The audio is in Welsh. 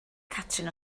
catrin